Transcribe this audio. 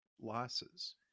losses